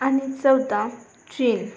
आणि चौथा चीन